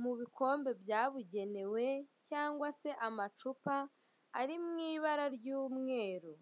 mu bikombe byabugenewe cyangwa se amacupa ari mu ibara ry'umweru.